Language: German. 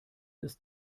ist